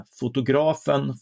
fotografen